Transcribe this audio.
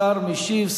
השר משיב,